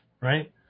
right